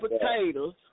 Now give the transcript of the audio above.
potatoes